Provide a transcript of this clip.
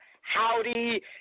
howdy